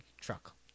truck